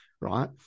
right